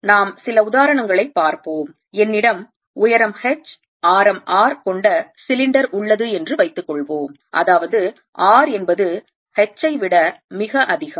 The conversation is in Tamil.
நாம் சில உதாரணங்களைப் பார்ப்போம் என்னிடம் உயரம் h ஆரம் r கொண்ட சிலிண்டர் உள்ளது என்று வைத்துக்கொள்வோம் அதாவது r என்பது h ஐ விட மிக அதிகம்